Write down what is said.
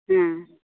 ᱦᱮᱸ